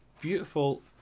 beautiful